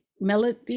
melody